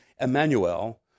Emmanuel